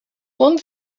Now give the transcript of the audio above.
one